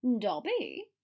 Dobby